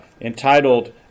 entitled